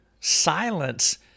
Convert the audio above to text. Silence